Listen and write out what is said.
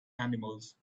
animals